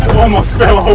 almost fell